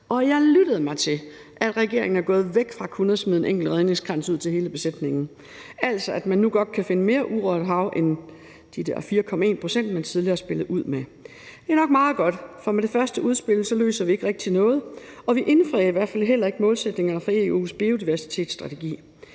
og jeg lyttede mig til, at regeringen er gået væk fra kun at smide en enkelt redningskrans ud til hele besætningen, altså at man nu godt kan finde mere urørt hav end de der 4,1 pct., man har spillet ud med. Det er nok meget godt, for med det første udspil løser vi ikke rigtig noget, og vi indfrier i hvert fald heller ikke målsætninger for EU’s biodiversitetsstrategi.